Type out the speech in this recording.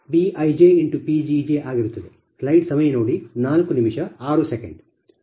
ಆದ್ದರಿಂದ ಅದು dPLossdPgi2j1mBijPgj ಆಗಿರುತ್ತದೆ